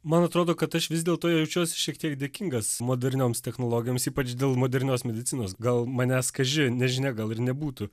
man atrodo kad aš vis dėlto jaučiuosi šiek tiek dėkingas modernioms technologijoms ypač dėl modernios medicinos gal manęs kaži nežinia gal ir nebūtų